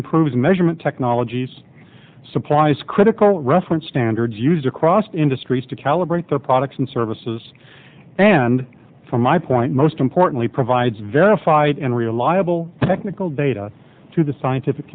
improves measurement technologies supplies critical reference standards used across industries to calibrate their products and services and from my point most importantly provides verified and reliable technical data to the scientific